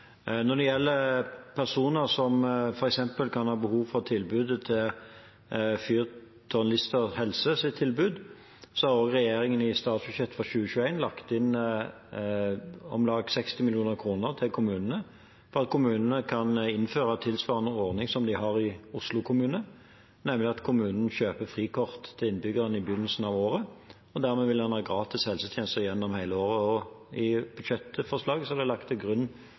Når det gjelder personer som f.eks. kan ha behov for tilbudet til Fyrtårnet psykisk helse og rus i Lister, har også regjeringen i statsbudsjettet for 2021 lagt inn om lag 60 mill. kr til kommunene for at de skal kunne innføre tilsvarende ordning som de har i Oslo kommune, nemlig at kommunen kjøper frikort til innbyggerne i begynnelsen av året, og dermed vil en ha gratis helsetjenester gjennom hele året. I budsjettforslaget er det lagt til grunn